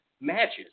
matches